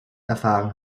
erfahren